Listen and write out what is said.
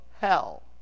hell